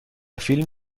فیلم